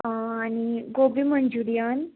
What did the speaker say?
आनी गोबी मंच्युरियन